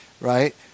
right